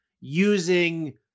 using